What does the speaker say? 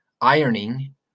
ironing